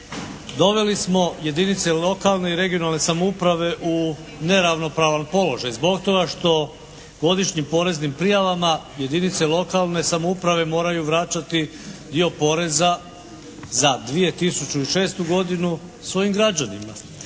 doveli smo jedinice lokalne i regionalne samouprave u neravnopravan položaj zbog toga što godišnjim poreznim prijavama jedinice lokalne samouprave moraju vraćati dio poreza za 2006. godinu svojim građanima.